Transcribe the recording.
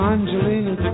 Angelina